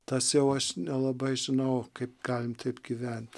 tas jau aš nelabai žinau kaip galim taip gyvent